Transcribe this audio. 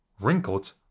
wrinkled